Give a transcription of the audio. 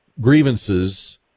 grievances